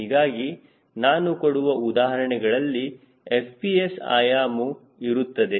ಹೀಗಾಗಿ ನಾನು ಕೊಡುವ ಉದಾಹರಣೆಗಳಲ್ಲಿ FPS ಆಯಾಮ ಇರುತ್ತದೆ